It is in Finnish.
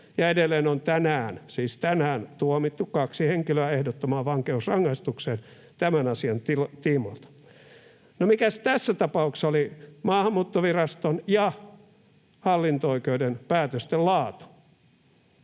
siis tänään, tuomittu kaksi henkilöä ehdottomaan vankeusrangaistukseen tämän asian tiimoilta. No, mikäs tässä tapauksessa oli Maahanmuuttoviraston ja hallinto-oikeuden päätösten laatu?